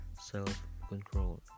self-control